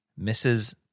Mrs